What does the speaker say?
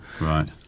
Right